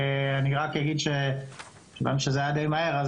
אני רק אגיד שזה היה די מהר,